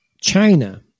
China